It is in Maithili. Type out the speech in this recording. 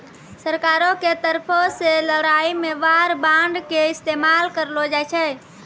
सरकारो के तरफो से लड़ाई मे वार बांड के इस्तेमाल करलो जाय छै